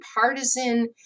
partisan